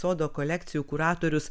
sodo kolekcijų kuratorius